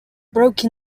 broke